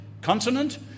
continent